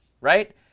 right